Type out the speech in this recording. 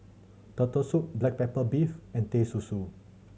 Turtle Soup black pepper beef and Teh Susu